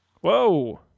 Whoa